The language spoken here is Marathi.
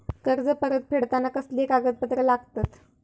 कर्ज परत फेडताना कसले कागदपत्र लागतत?